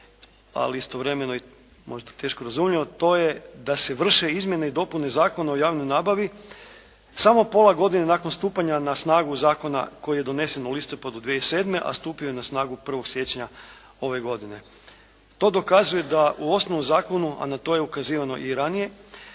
ali istovremeno je možda teško razumljivo to je da se vrše izmjene i dopune zakona o javnoj nabavi samo pola godine nakon stupanja na snagu zakona koji je donesen u listopadu 2007., a stupio je na snagu 1. siječnja ove godine. To dokazuje da u osnovnom zakonu, a na to je ukazivano i ranije